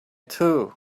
too